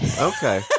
Okay